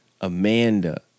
Amanda